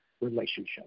relationship